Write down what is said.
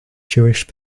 jewish